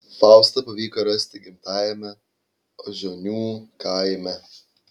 faustą pavyko rasti gimtajame ožionių kaime